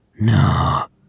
no